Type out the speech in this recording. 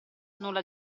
nulla